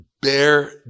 bear